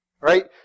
right